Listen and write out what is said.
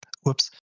Whoops